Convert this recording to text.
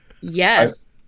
Yes